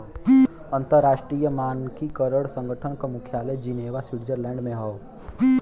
अंतर्राष्ट्रीय मानकीकरण संगठन क मुख्यालय जिनेवा स्विट्जरलैंड में हौ